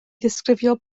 ddisgrifio